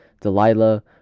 Delilah